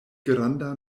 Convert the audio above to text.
granda